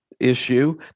issue